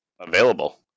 available